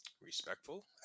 respectful